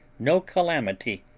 no calamity,